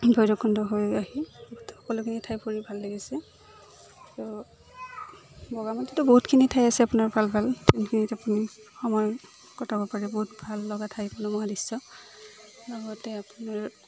ভৈৰৱকুণ্ড হৈ আহি সকলোখিনি ঠাই ফুৰি ভাল লাগিছে ত' বগামাটিটো বহুতখিনি ঠাই আছে আপোনাৰ ভাল ভাল যোনখিনিত আপুনি সময় কটাব পাৰে বহুত ভাল লগা ঠাই মনোমোহা দৃশ্য লগতে আপোনাৰ